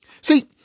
See